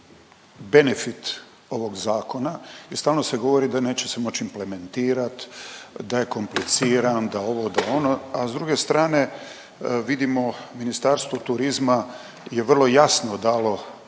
benefit ovog zakona i stalno se govori da neće se moć implementirat, da je kompliciran, da ovo, da ono, a s druge strane vidimo Ministarstvo turizma je vrlo jasno dalo